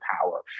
power